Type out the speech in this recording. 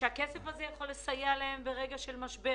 הכסף הזה יכול לסייע להם ברגע של משבר.